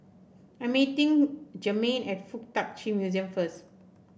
I'm meeting Germaine at FuK Tak Chi Museum first